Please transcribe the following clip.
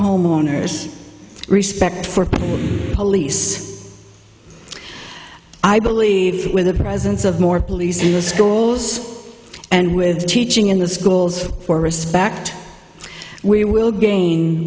homeowners respect for police i believe with the presence of more police in the schools and with teaching in the schools for respect we will gain